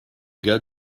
gars